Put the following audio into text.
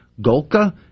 Golka